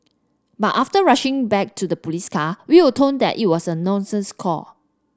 but after rushing back to the police car we were that it was a nuisance call